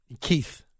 Keith